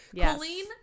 Colleen